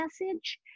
message